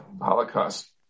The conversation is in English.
Holocaust